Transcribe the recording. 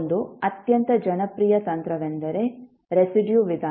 ಒಂದು ಅತ್ಯಂತ ಜನಪ್ರಿಯ ತಂತ್ರವೆಂದರೆ ರೆಸಿಡ್ಯೂ ವಿಧಾನ